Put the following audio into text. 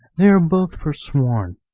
they are both forsworn.